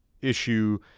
issue